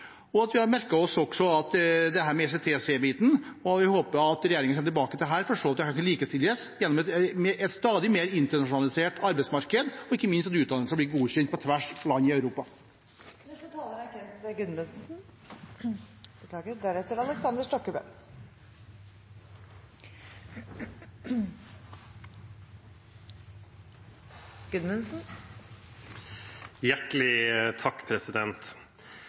med andre. Vi har også merket oss det som gjelder ECTS-biten. Vi håper regjeringen kommer tilbake til dette for å se til at utdanningene kan likestilles i et stadig mer internasjonalisert arbeidsmarked, og ikke minst for at utdanningene skal bli godkjent på tvers av landene i Europa. Dette er